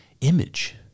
image